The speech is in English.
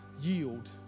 yield